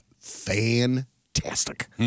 fantastic